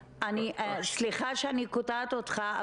--- סליחה שאני קוטעת אותך.